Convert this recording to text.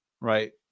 Right